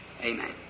Amen